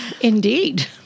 Indeed